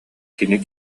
кини